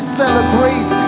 celebrate